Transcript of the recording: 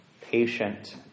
patient